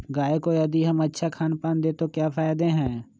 गाय को यदि हम अच्छा खानपान दें तो क्या फायदे हैं?